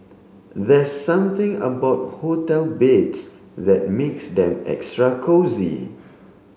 there's something about hotel beds that makes them extra cosy